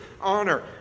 honor